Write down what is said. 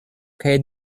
kaj